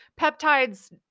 peptides